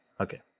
Okay